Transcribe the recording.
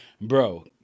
bro